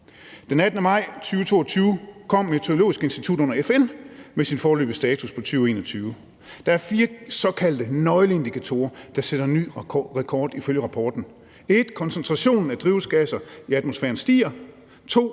Den 18. maj 2022 kom det meteorologiske institut under FN med sin foreløbige status for 2021. Der er fire såkaldte nøgleindikatorer, der ifølge rapporten sætter ny rekord: 1) Koncentrationen af drivhusgasser i atmosfæren stiger, 2)